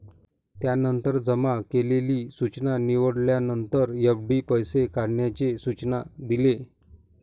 त्यानंतर जमा केलेली सूचना निवडल्यानंतर, एफ.डी पैसे काढण्याचे सूचना दिले